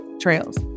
trails